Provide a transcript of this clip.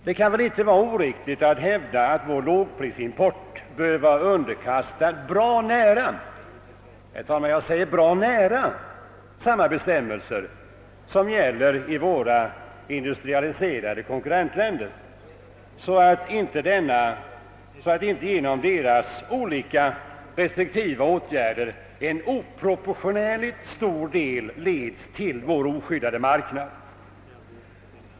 Det kan inte vara oriktigt att hävda att vår lågprisimport bör vara underkastad bra nära samma bestämmelser som gäller i våra industrialiserade konkurrentländer, så att inte genom deras olika restriktiva åtgärder en Ooproportionerligt stor del leds till vår oskyddade marknad.